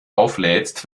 auflädst